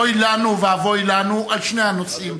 אוי לנו ואבוי לנו, על שני הנושאים.